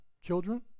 children